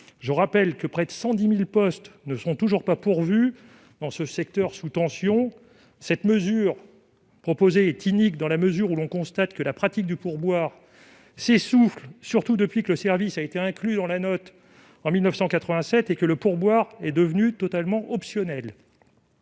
le rappelle, près de 110 000 postes ne sont toujours pas pourvus dans ce secteur sous tension. Toutefois, la mesure proposée est inique, puisque l'on constate que la pratique du pourboire s'essouffle, surtout depuis que le service a été inclus dans la note, en 1987, et que le pourboire est devenu totalement optionnel.